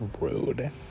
rude